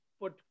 put